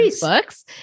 books